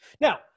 Now